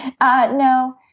no